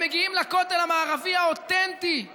הם מגיעים לכותל המערבי האותנטי,